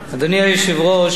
אדוני היושב-ראש,